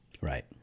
Right